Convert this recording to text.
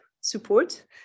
support